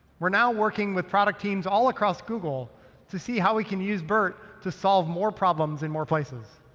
we're now working with product teams all across google to see how we can use bert to solve more problems in more places.